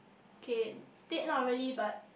okay date not really but